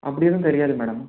அப்படி எதுவும் தெரியாது மேடம்